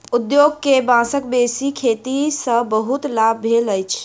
उद्योग के बांसक बेसी खेती सॅ बहुत लाभ भेल अछि